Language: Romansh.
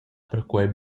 perquei